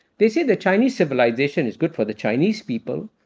they say the chinese civilization is good for the chinese people,